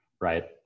right